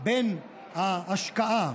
בין ההשקעה,